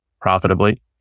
profitably